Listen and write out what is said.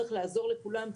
צריך לעזור לכולם,